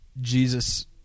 Jesus